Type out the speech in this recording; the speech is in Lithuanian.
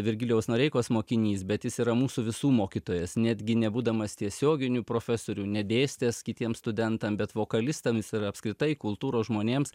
virgilijaus noreikos mokinys bet jis yra mūsų visų mokytojas netgi nebūdamas tiesioginiu profesoriu nedėstęs kitiem studentam bet vokalistam is yra apskritai kultūros žmonėms